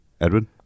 Edwin